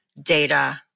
data